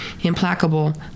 implacable